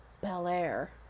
Bel-Air